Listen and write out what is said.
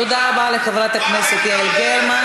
דמוקרטיה במיטבה, תודה רבה לחברת הכנסת יעל גרמן.